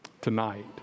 tonight